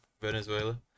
Venezuela